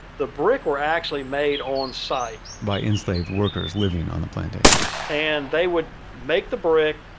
the brick were actually made on site by enslaved workers living on the plantation and they would make the brick,